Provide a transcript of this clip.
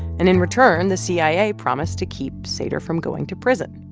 and in return, the cia promised to keep sater from going to prison.